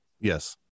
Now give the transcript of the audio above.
Yes